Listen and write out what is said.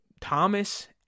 Thomas